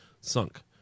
sunk